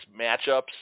matchups